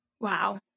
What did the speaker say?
Wow